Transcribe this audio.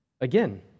again